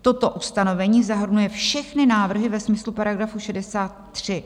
Toto ustanovení zahrnuje všechny návrhy ve smyslu § 63.